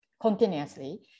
continuously